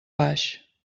baix